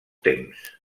temps